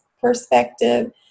perspective